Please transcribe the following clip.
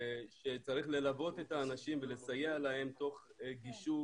צריך ללוות את האנשים ולסייע להם תוך גישור